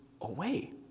away